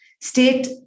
state